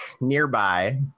nearby